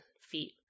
feet